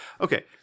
Okay